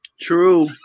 true